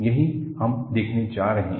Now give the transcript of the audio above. यही हम देखने जा रहे हैं